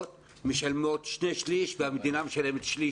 משלמים שני-שלישים והמדינה משלמת שליש.